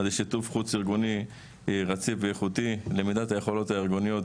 אז זה שיתוף חוץ ארגוני רציף ואיכותי למידת היכולות הארגוניות,